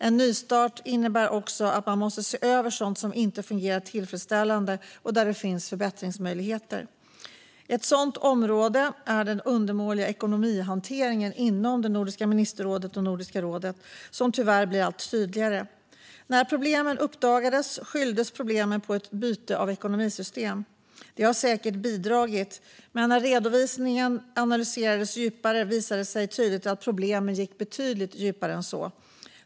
En nystart innebär också att man måste se över sådant som inte fungerar tillfredsställande och områden där det finns förbättringsmöjligheter. Ett sådant område är den undermåliga ekonomihanteringen inom Nordiska ministerrådet och Nordiska rådet, som tyvärr blir allt tydligare. När problemen uppdagades skylldes de på ett byte av ekonomisystem. Detta har säkert bidragit, men när redovisningen analyserades närmare visade det sig tydligt att problemen gick betydligt djupare än så.